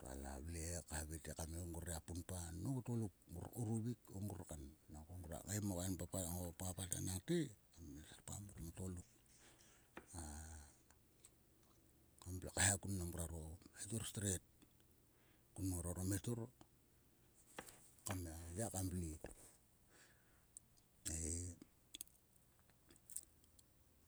Ngra la vle he havai te kam ngai ngrogia punpa nhong o tgoluk ngor kouruvik o ngror kan. Nangko ngruak ngai mo kan papat. o papat enangte kam serpgam mor mo tgoluk. A kam lo kaiha kun mnam nguaro stur stret. Kun mnam ngoaro mhetor kam ya ka vle ei.